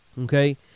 okay